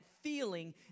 feeling